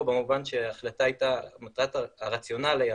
במובן שהרציונל של ההחלטה היה